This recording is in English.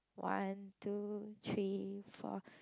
one two three four